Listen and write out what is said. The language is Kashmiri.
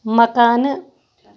مکانہٕ